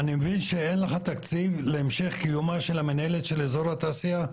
אני מבין שאין לך תקציב להמשך קיומה של המנהלת של אזור התעשייה.